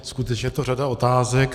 Skutečně je to řada otázek.